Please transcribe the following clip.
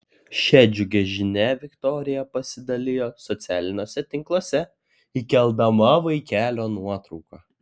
šia džiugia žinia viktorija pasidalijo socialiniuose tinkluose įkeldama vaikelio nuotrauką